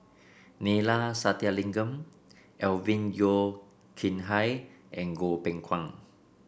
Neila Sathyalingam Alvin Yeo Khirn Hai and Goh Beng Kwan